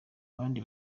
abandi